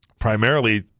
primarily